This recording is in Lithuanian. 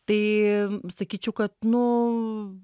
tai sakyčiau kad nu